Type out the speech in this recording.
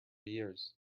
years